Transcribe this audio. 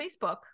Facebook